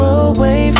away